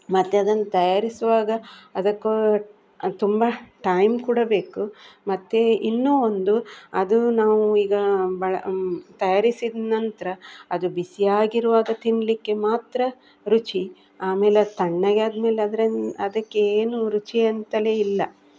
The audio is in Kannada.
ಮತ್ತು ಅದನ್ನ ತಯಾರಿಸುವಾಗ ಅದಕ್ಕೂ ತುಂಬ ಟೈಮ್ ಕೂಡ ಬೇಕು ಮತ್ತೆ ಇನ್ನೂ ಒಂದು ಅದು ನಾವು ಈಗ ಬಳ ತಯಾರಿಸಿದ ನಂತರ ಅದು ಬಿಸಿಯಾಗಿರುವಾಗ ತಿನ್ನಲಿಕ್ಕೆ ಮಾತ್ರ ರುಚಿ ಆಮೇಲೆ ಅದು ತಣ್ಣಗೆ ಆದಮೇಲೆ ಅದ್ರಿಂದ ಅದಕ್ಕೆ ಏನು ರುಚಿ ಅಂತಲೇ ಇಲ್ಲ